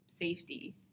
safety